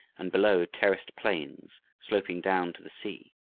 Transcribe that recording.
and, below, terraced plains sloping down to the sea,